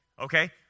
okay